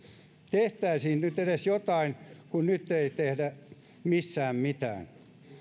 tehtäisiin nyt edes jotain kun nyt ei tehdä missään mitään